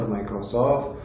Microsoft